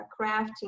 crafting